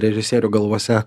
režisierių galvose